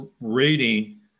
rating